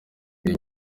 iyi